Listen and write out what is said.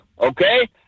okay